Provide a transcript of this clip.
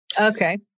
Okay